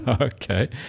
Okay